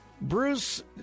Bruce